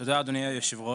תודה, אדוני היושב-ראש.